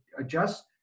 adjust